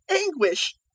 anguish